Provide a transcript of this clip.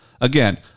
Again